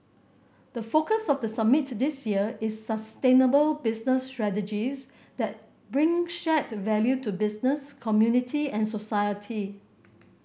the focus of the summit this year is sustainable business strategies that bring shared value to business community and society